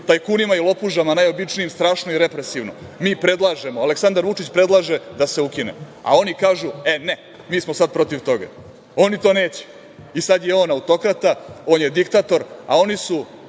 tajkunima i lopužama najobičnijim strašno i represivno, mi predlažemo, Aleksandar Vučić predlaže da se ukine, a oni kažu – e, ne, mi smo sad protiv toga. Oni to neće. I sad je on autokrata, on je diktator, a oni su